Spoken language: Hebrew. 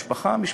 משפחה-משפחה,